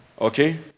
okay